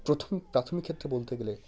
প্রথম প্রাথমিক ক্ষেত্রে বলতে গেলে